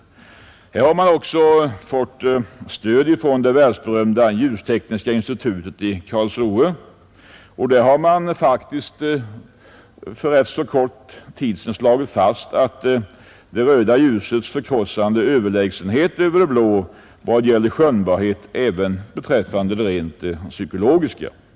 Därvid har man också fått stöd från det världsberömda Ljustekniska institutet i Karlsruhe, som för ganska kort tid sedan slagit fast det röda ljusets förkrossande överlägsenhet över det blå vad gäller skönjbarhet, även beträffande de rent psykologiska effekterna.